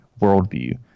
worldview